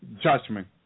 judgment